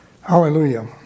Hallelujah